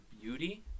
beauty